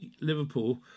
Liverpool